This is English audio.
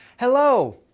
Hello